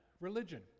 religion